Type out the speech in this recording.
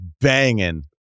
banging